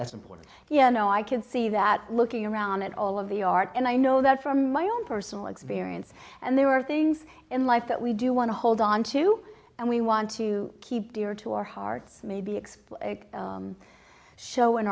that's important yeah no i can see that looking around at all of the art and i know that from my own personal experience and there are things in life that we do want to hold onto and we want to keep dear to our hearts maybe explain show in